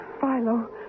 Philo